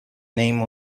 name